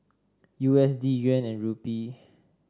U S D Yuan and Rupee